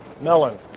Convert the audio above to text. Melon